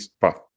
path